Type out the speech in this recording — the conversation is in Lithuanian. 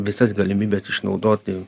visas galimybes išnaudoti